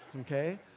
Okay